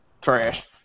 trash